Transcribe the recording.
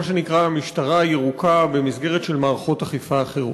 שנקרא "המשטרה הירוקה" במסגרת של מערכות אכיפה אחרות.